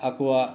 ᱟᱠᱚᱣᱟᱜ